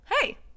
hey